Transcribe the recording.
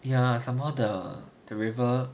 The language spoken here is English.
ya somemore the the river